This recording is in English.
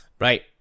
Right